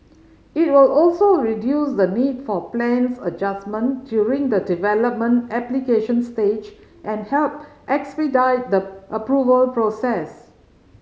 it will also reduce the need for plans adjustment during the development application stage and help expedite the approval process